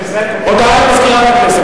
הצעת החוק לא התקבלה.